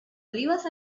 olives